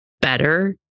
better